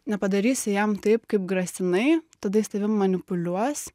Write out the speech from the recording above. nepadarysi jam taip kaip grasinai tada jis tavim manipuliuos